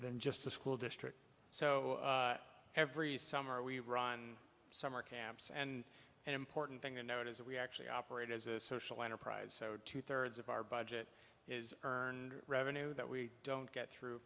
than just the school district so every summer we run summer camps and an important thing to note is that we actually operate as a social enterprise so two thirds of our budget is earned revenue that we don't get through